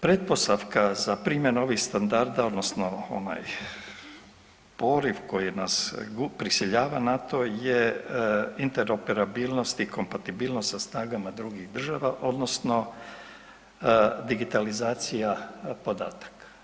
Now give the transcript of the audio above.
Pretpostavka za primjenu ovih standarda, odnosno onaj poriv koji nas prisiljava na to je interoperabilnosti i kompatibilnost sa snagama drugih država, odnosno digitalizacija podataka.